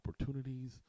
opportunities